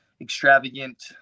extravagant